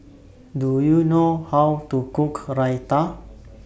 Do YOU know How to Cook Raita